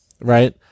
right